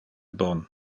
bon